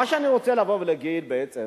מה שאני רוצה לבוא ולהגיד בעצם,